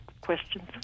questions